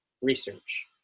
research